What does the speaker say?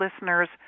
listeners